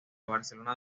barcelona